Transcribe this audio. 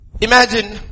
Imagine